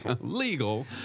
legal